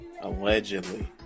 allegedly